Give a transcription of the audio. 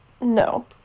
No